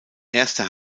erster